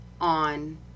on